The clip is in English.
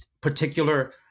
particular